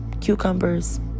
cucumbers